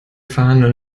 verhandeln